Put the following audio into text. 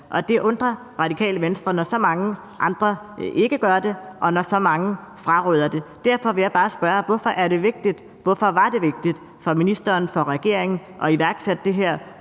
det undrer Radikale Venstre, når så mange andre ikke gør det, og når så mange fraråder det. Derfor vil jeg bare spørge: Hvorfor var det vigtigt for ministeren, for regeringen at iværksætte det her